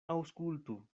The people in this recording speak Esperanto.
aŭskultu